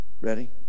Ready